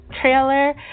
trailer